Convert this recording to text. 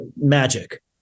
magic